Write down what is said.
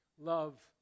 love